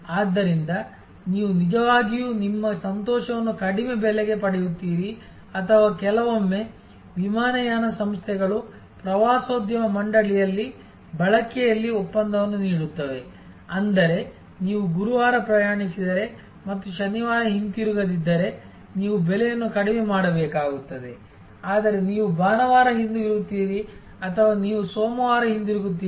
ಆದ್ದರಿಂದ ನೀವು ನಿಜವಾಗಿಯೂ ನಿಮ್ಮ ಸಂತೋಷವನ್ನು ಕಡಿಮೆ ಬೆಲೆಗೆ ಪಡೆಯುತ್ತೀರಿ ಅಥವಾ ಕೆಲವೊಮ್ಮೆ ವಿಮಾನಯಾನ ಸಂಸ್ಥೆಗಳು ಪ್ರವಾಸೋದ್ಯಮ ಮಂಡಳಿಯಲ್ಲಿ ಬಳಕೆಯಲ್ಲಿ ಒಪ್ಪಂದವನ್ನು ನೀಡುತ್ತವೆ ಅಂದರೆ ನೀವು ಗುರುವಾರ ಪ್ರಯಾಣಿಸಿದರೆ ಮತ್ತು ಶನಿವಾರ ಹಿಂತಿರುಗದಿದ್ದರೆ ನೀವು ಬೆಲೆಯನ್ನು ಕಡಿಮೆ ಮಾಡಬೇಕಾಗುತ್ತದೆ ಆದರೆ ನೀವು ಭಾನುವಾರ ಹಿಂತಿರುಗುತ್ತೀರಿ ಅಥವಾ ನೀವು ಸೋಮವಾರ ಹಿಂತಿರುಗುತ್ತೀರಿ